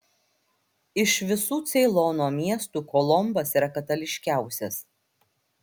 iš visų ceilono miestų kolombas yra katalikiškiausias